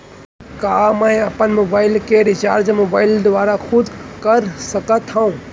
का मैं अपन मोबाइल के रिचार्ज मोबाइल दुवारा खुद कर सकत हव?